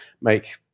make